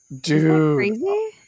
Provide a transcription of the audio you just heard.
Dude